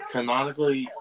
Canonically